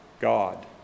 God